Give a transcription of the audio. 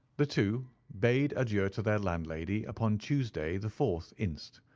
the two bade adieu to their landlady upon tuesday, the fourth inst,